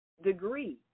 degree